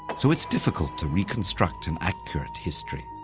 so it's difficult to reconstruct an accurate history.